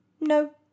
No